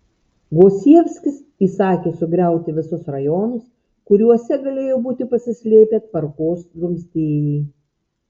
gosievskis įsakė sugriauti visus rajonus kuriuose galėjo būti pasislėpę tvarkos drumstėjai